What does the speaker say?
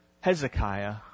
Hezekiah